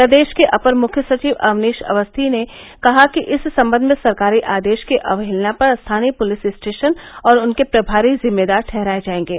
प्रदेश के अपर मुख्य सचिव अवनीश अवस्थी ने कहा कि इस संबंध में सरकारी आदेश की अवहेलना पर स्थानीय पुलिस स्टेशन और उनके प्रभारी जिम्मेदार ठहराए जाएंगे